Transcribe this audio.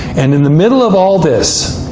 and in the middle of all this,